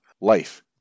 life